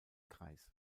kreis